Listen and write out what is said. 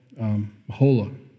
Mahola